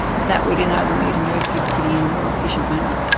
that would enable me to move through the city in a more efficient manner.